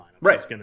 Right